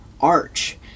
arch